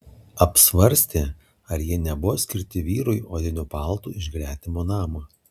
apsvarstė ar jie nebuvo skirti vyrui odiniu paltu iš gretimo namo